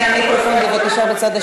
אני לא שואל אותך.